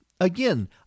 Again